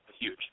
huge